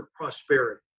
prosperity